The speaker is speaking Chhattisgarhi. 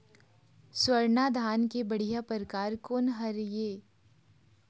स्वर्णा धान के बढ़िया परकार कोन हर ये?